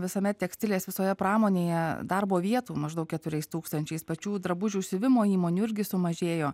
visame tekstilės visoje pramonėje darbo vietų maždaug keturiais tūkstančiais pačių drabužių siuvimo įmonių irgi sumažėjo